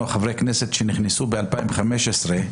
חברי הכנסת שנכנסו ב-2015,